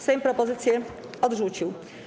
Sejm propozycje odrzucił.